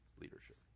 Leadership